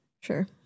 Sure